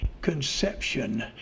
conception